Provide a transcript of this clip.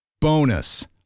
Bonus